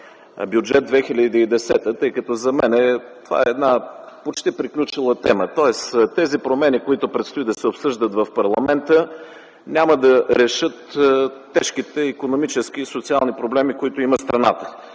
Бюджет 2010, тъй като за мен това е почти приключила тема. Тоест тези промени, които предстои да се обсъждат в парламента, няма да решат тежките икономически и социални проблеми, които има страната.